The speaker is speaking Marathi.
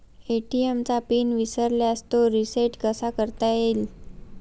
ए.टी.एम चा पिन विसरल्यास तो रिसेट कसा करता येईल?